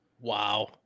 Wow